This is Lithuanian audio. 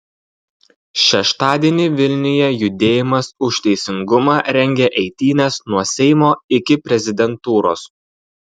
šeštadienį vilniuje judėjimas už teisingumą rengia eitynes nuo seimo iki prezidentūros